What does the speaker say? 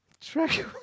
Track